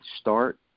start